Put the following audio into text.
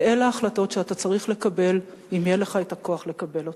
ואלה ההחלטות שאתה צריך לקבל אם יהיה לך הכוח לקבל אותן.